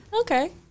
Okay